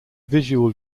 visual